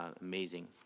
amazing